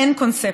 האין-קונספציה.